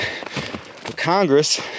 Congress